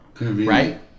Right